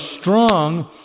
strong